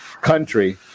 country